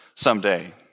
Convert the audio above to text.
Someday